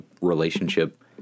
relationship